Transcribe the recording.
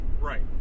Right